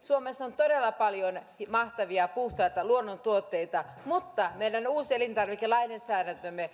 suomessa on todella paljon mahtavia puhtaita luonnontuotteita mutta esteenä ovat meidän uusi elintarvikelainsäädäntömme